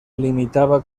limitaba